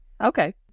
Okay